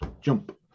jump